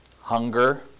hunger